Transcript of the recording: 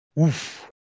oof